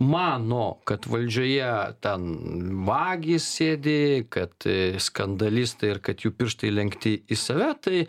mano kad valdžioje ten vagys sėdi kad skandalistai ir kad jų pirštai lenkti į save tai